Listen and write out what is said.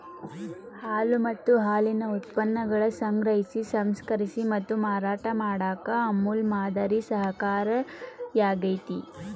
ಹಾಲು ಮತ್ತ ಹಾಲಿನ ಉತ್ಪನ್ನಗಳನ್ನ ಸಂಗ್ರಹಿಸಿ, ಸಂಸ್ಕರಿಸಿ ಮತ್ತ ಮಾರಾಟ ಮಾಡಾಕ ಅಮೂಲ್ ಮಾದರಿ ಸಹಕಾರಿಯಾಗ್ಯತಿ